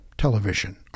television